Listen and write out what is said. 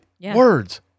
words